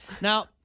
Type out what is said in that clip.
Now